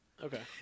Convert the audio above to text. Okay